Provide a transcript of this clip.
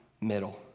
middle